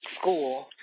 school